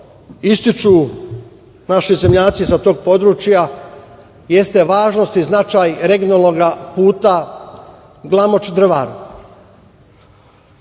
ističu naši zemljaci sa tog područja jeste važnost i značaj regionalnog puta Glamoč - Drvar.